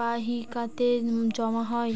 বাহিকাতে জমা হয়